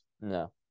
No